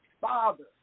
Father